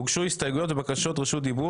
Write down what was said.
הוגשו הסתייגויות ובקשות רשות דיבור